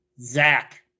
Zach